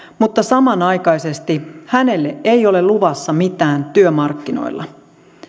mutta samanaikaisesti hänelle ei ole luvassa mitään työmarkkinoilla